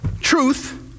Truth